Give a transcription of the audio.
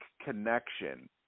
connection